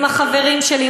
עם החברים שלי,